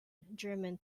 german